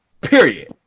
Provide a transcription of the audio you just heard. Period